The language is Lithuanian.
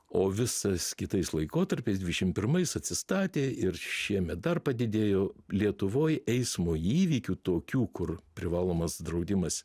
o visas kitais laikotarpiais dvidešim pirmais atsistatė ir šiemet dar padidėjo lietuvoj eismo įvykių tokių kur privalomas draudimas